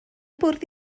bwrdd